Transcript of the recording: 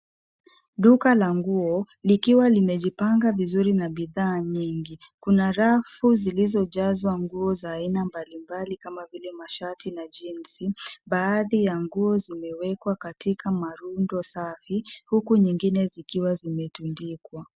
Duka la nguo likiwa limejipanga vizuri na bidhaa nyingi. Kuna rafu zilizojazwa nguo za aina mbalimbali, kama vile mashati na jinsi. Baadhi ya nguo zimewekwa katika marundo safi huku nyingine zikiwa zimetundikwa.